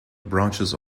branches